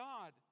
God